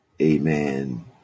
Amen